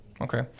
Okay